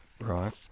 right